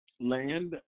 land